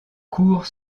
court